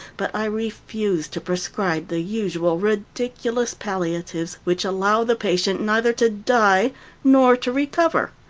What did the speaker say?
but i refuse to prescribe the usual ridiculous palliatives which allow the patient neither to die nor to recover.